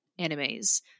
animes